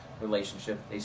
relationship